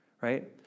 Right